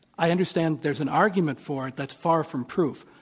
i understand there's an argument for it that's far from proof.